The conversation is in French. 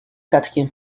quatrième